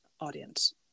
audience